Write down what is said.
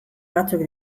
batzuk